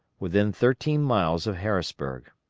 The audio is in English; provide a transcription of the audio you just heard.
within thirteen miles of harrisburg.